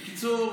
בקיצור,